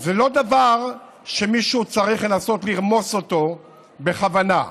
היא דבר שמישהו צריך לנסות לרמוס אותו בכוונה.